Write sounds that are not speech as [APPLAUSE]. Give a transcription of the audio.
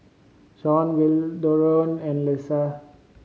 Sean [UNINTELLIGIBLE] and Lesa